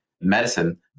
medicine